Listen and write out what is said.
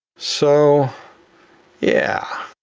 so yeah,